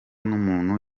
n’umuntu